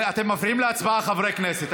אתם מפריעים להצבעה, חברי הכנסת.